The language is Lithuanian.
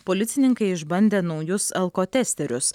policininkai išbandė naujus alkotesterius